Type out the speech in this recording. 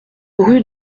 rue